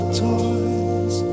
toys